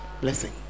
blessing